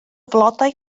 flodau